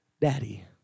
daddy